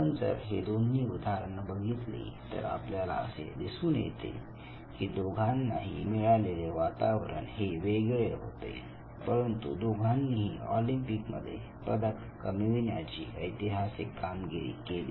आपण जर हे दोन्ही उदाहरणं बघितली तर आपल्याला असे दिसून येते की दोघांनाही मिळालेले वातावरण हे वेगळे होते परंतु दोघांनीही ऑलिंपिकमध्ये पदक कमविण्याची ऐतिहासिक कामगिरी केली